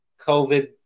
COVID